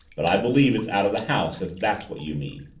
but i believe it's out of the house, if that's what you mean.